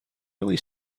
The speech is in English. really